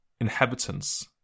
Inhabitants